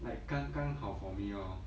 like 刚刚好 for me orh